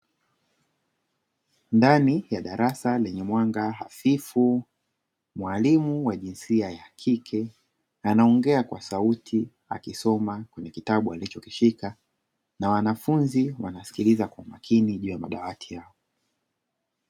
Ndani ya darasa lenye mwanga hafifu, mwalimu wa jinsia ya kike akisoma kwa sauti kwenye kitabu alichokishika na wanafunzi wanasikiLiza kwa makini juu ya madawati yao.